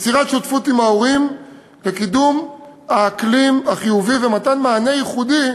יצירת שותפות עם ההורים לקידום האקלים החיובי ובמתן מענה ייחודי